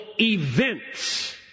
events